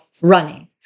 running